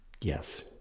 Yes